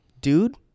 dude